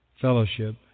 fellowship